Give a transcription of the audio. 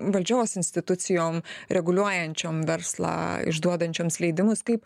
valdžios institucijom reguliuojančiom verslą išduodančioms leidimus kaip